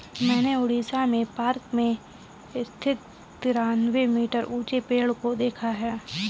मैंने उड़ीसा में पार्क में स्थित तिरानवे मीटर ऊंचे पेड़ को देखा है